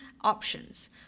options